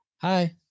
Hi